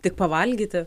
tik pavalgyti